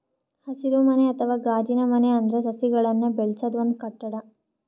ಹಸಿರುಮನೆ ಅಥವಾ ಗಾಜಿನಮನೆ ಅಂದ್ರ ಸಸಿಗಳನ್ನ್ ಬೆಳಸದ್ ಒಂದ್ ಕಟ್ಟಡ